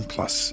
Plus